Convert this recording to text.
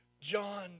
John